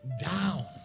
down